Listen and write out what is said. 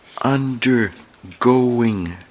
undergoing